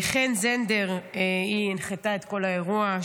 חן זנדר הנחתה את כל האירוע,